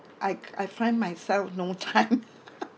I I find myself no time